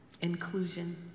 inclusion